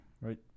right